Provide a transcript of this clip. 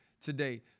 today